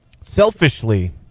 Selfishly